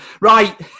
right